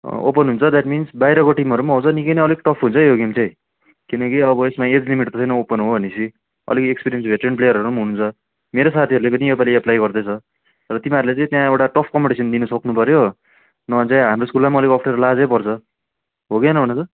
open हुन्छ that means बाहिरको टिमहरू आउँछ नि गेम अलिक टप हुन्छ है यो गेम चाहिँ किनकि अब यसमा एज लिमिट त छैन ओपन हो भने पछि अलिक एक्सपिरियन्स भेटरेन प्लेयरहरू हुन्छ मेरो साथीहरूले पनि यसपालि एप्लाई गर्दैछ र तिमीहरूले चाहिँ त्यहाँ एउटा टप कम्पिटिसन दिनु सक्नु पऱ्यो नभए चाहिँ हाम्रो स्कुललाई अलिक अप्ठ्यारो लाजै पर्छ हो कि होइन भन त